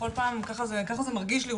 בכל פעם ככה זה מרגיש לי,